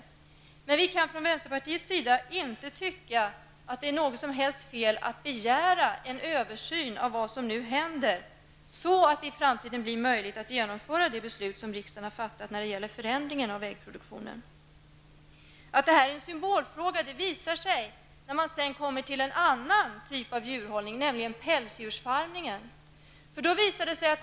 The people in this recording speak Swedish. Men vänsterpartiet tycker inte att det på något sätt skulle vara fel att begära en översyn av vad som nu händer, så att det i framtiden blir möjligt att genomföra det beslut som riksdagen har fattat när det gäller förändringen av äggproduktionen. Att det här är en symbolfråga visar sig när man kommer till en annan typ av djurhållning, nämligen pälsdjursfarmningen.